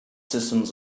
systems